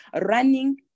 running